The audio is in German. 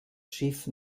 schiff